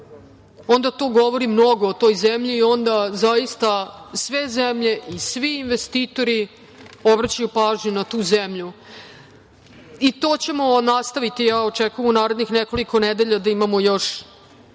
onda to govori mnogo o toj zemlji i onda zaista sve zemlje i svi investitori obraćaju pažnju na tu zemlju i to ćemo nastaviti. Ja očekujem u narednih nekoliko nedelja da imamo još